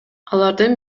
алардын